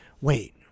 wait